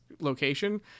location